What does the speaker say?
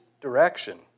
direction